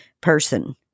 person